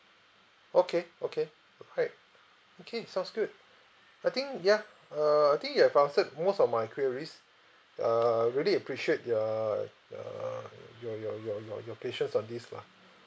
okay okay alright okay sounds good I think ya uh I think you have answered most of my queries err really appreciate your uh uh your your your your your patience on this lah